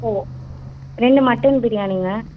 ஒ ரெண்டு மட்டன் பிரியாணிங்க